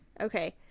Okay